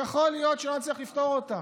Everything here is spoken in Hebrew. יכול להיות שלא נצליח לפתור אותן.